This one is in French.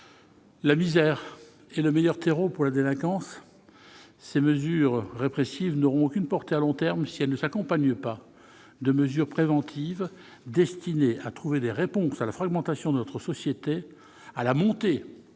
la misère est le meilleur terreau pour la délinquance ». Ces mesures répressives n'auront aucune portée à long terme si elles ne s'accompagnent pas de mesures préventives destinées à trouver des réponses à la fragmentation de notre société, à la montée